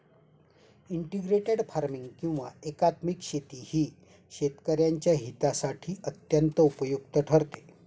integrated farming किंवा एकात्मिक शेती ही शेतकऱ्यांच्या हितासाठी अत्यंत उपयुक्त ठरते